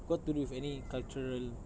got to do with any cultural